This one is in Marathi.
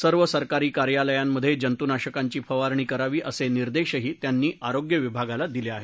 सर्व सरकारी कार्यालयांमध्ये जंतू नाशकांची फवारणी करावी असे निर्देशही त्यांनी आरोग्य विभागाला दिले आहेत